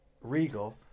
Regal